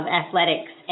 athletics